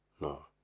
No